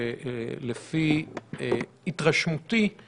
שלפי התרשמותי הוא